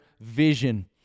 vision